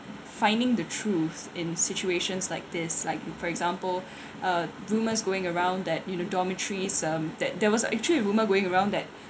finding the truth in situations like this like for example uh rumours going around that you know dormitories um that there was actually rumour going around that